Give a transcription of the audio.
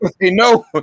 no